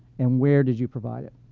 and where did you provide it.